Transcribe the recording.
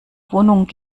wohnung